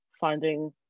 finding